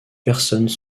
personnes